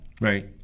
Right